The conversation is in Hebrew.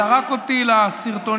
זרק אותי לסרטונים,